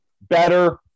better